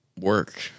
work